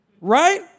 right